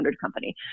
company